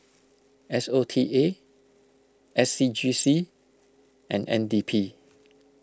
S O T A S C G C and N D P